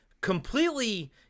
completely